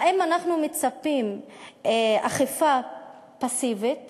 האם אנחנו מצפים לאכיפה פסיבית